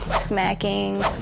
smacking